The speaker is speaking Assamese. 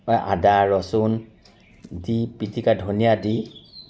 বা আদা ৰচুন দি পিটিকা ধনিয়া দি